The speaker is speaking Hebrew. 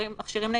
יש, אבל זה לא